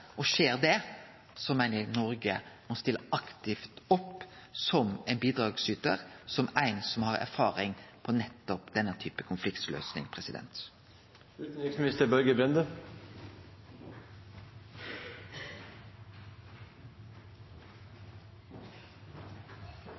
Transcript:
meiner eg Noreg må stille aktivt opp som ein bidragsytar som har erfaring med nettopp denne typen konfliktløysing.